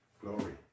Glory